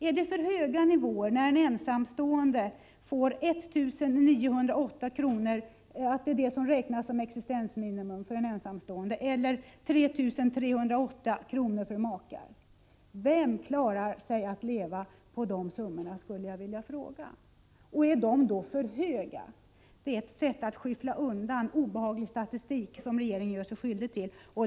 Är det för höga nivåer att existensminimum för en ensamstående är 1 908 kr. och för makar 3 308? Vem klarar att leva på dessa summor? Är de för höga? Det är ett sätt att skyffla undan obehaglig statistik som regeringen använder.